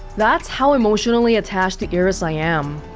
that's how emotionally attached to iris i am